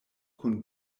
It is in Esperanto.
kun